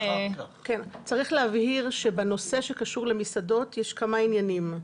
צריך להבהיר שבנושא שקשור למסעדות יש כמה עניינים.